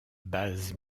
base